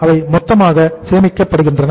அவை மொத்தமாக சேமிக்கப்படுகின்றன